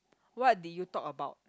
what did you talk about